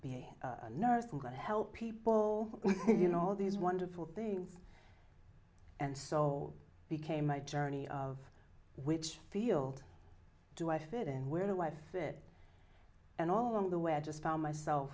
be a nurse i'm going to help people you know all these wonderful things and so became my journey of which field do i fit in where do i fit and all of the way i just found myself